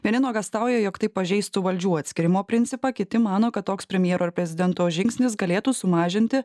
vieni nuogąstauja jog tai pažeistų valdžių atskyrimo principą kiti mano kad toks premjero ir prezidento žingsnis galėtų sumažinti